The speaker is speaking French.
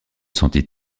sentit